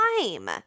time